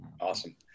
Awesome